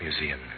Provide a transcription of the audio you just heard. Museum